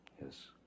yes